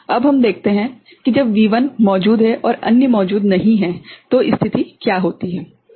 अब हम देखते हैं कि जब V1 मौजूद है और अन्य मौजूद नहीं हैं तो स्थिति क्या होती है